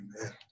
Amen